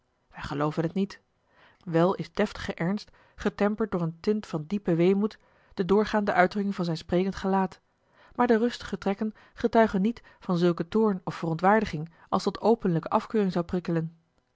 wij gelooven het niet wel is deftige ernst getemperd door een tint van diepen weemoed de doorgaande uitdrukking van zijn sprekend gelaat maar de rustige trekken getuigen niet van zulken toorn of verontwaardiging als tot openlijke afkeuring zou prikkelen